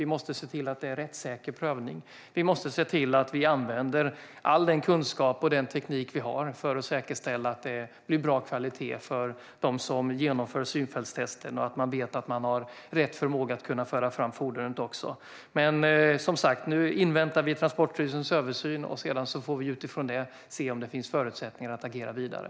Vi måste se till att det sker en rättssäker prövning, och all kunskap och teknik som finns måste användas för att säkerställa bra kvalitet för dem som genomför synfältstesten. Man måste få veta att man har rätt förmåga att föra fram ett fordon. Nu inväntar vi Transporstyrelsens översyn, och sedan får vi se om det finns förutsättningar att agera vidare.